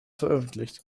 veröffentlicht